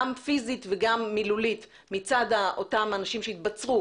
גם פיזית וגם מילולית מצד אותם אנשים שהתבצרו,